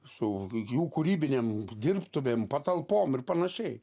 su jų kūrybinėm dirbtuvėm patalpom ir panašiai